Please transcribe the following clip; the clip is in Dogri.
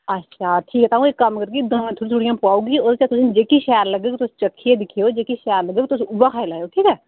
अच्छा तां फिर इक कम्म करगी दवें थोह्ड़ी थोह्ड़ी पाई ओड़गी जेहड़ी शैल लग्गग तुस चक्खी दिक्खी लैऔ जेह्की शैल लगग तुस उ'ऐ खाई लैएओ